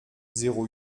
zéro